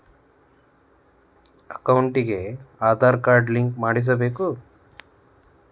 ಅಕೌಂಟಿಗೆ Aadhaar card link ಮಾಡಿಸಬೇಕು?